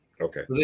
Okay